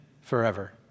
forever